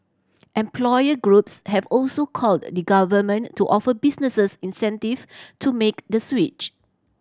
employer groups have also called the Government to offer businesses incentive to make the switch